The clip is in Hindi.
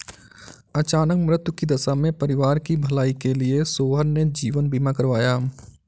अचानक मृत्यु की दशा में परिवार की भलाई के लिए सोहन ने जीवन बीमा करवाया